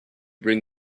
bring